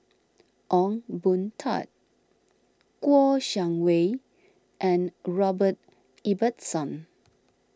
Ong Boon Tat Kouo Shang Wei and Robert Ibbetson